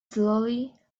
slowly